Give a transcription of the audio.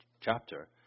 chapter